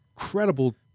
incredible